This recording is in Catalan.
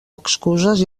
excuses